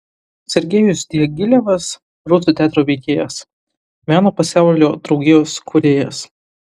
sergejus diagilevas rusų teatro veikėjas meno pasaulio draugijos kūrėjas